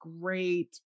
great